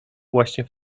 właśnie